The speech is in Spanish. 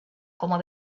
como